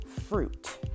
fruit